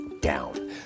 down